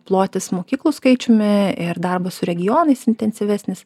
plotis mokyklų skaičiumi ir darbo su regionais intensyvesnis